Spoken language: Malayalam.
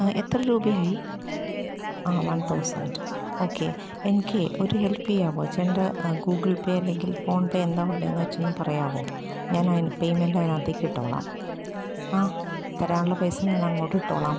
എത്ര രൂപയായി ആ വൺ തൗസൻഡ് ഓക്കെ എനിക്ക് ഒരു ഹെൽപ്പ് ചെയ്യാവോ ചേട്ടൻ്റെ ആ ഗൂഗിൾ പേ അല്ലെങ്കിൽ ഫോൺപേ എന്താണ് ഉള്ളതെന്ന് വച്ചാൽ ഒന്ന് പറയാവോ ഞാൻ പേയ്മെൻ്റ് അതിനകത്തേക്ക് ഇട്ടോളാം ആ തരാനുള്ള പൈസ ഞാൻ അങ്ങോട്ട് ഇട്ടോളാം